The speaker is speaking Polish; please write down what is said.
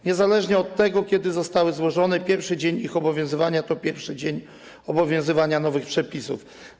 Niezależnie od tego, kiedy wnioski zostały złożone, pierwszy dzień ich obowiązywania to pierwszy dzień obowiązywania nowych przepisów.